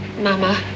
Mama